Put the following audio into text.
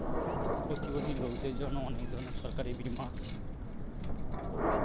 প্রতিবন্ধী লোকদের জন্য অনেক ধরনের সরকারি বীমা আছে